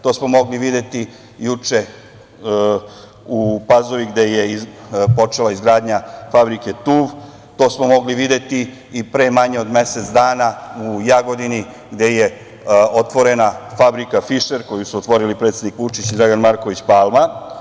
To smo mogli videti juče u Pazovi, gde je počela izgradnja fabrike „Tuv“, to smo mogli videti i pre manje od mesec dana u Jagodini gde je otvorena fabrika „Fišer“, koju su otvorili predsednik Vučić i Dragan Marković Palma.